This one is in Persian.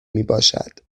میباشد